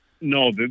No